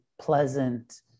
pleasant